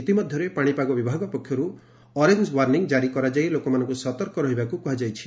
ଇତିମଧ୍ୟରେ ପାଣିପାଗ ବିଭାଗ ପକ୍ଷରୁ ଅରେ ୱାର୍ଣିଂ ଜାରି କରାଯାଇ ଲୋକମାନଙ୍କୁ ସତର୍କ ରହିବାକୁ କୁହାଯାଇଛି